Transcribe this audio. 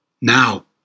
Now